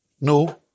No